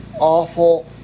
awful